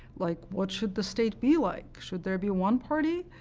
like what should the state be like? should there be one party,